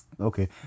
Okay